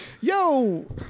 Yo